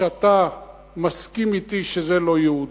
ואתה מסכים אתי שזה לא ייעודו,